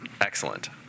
Excellent